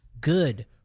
good